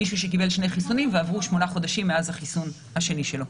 מישהו שקיבל שני חיסונים ועברו 8 חודשים מאז החיסון השני שלו.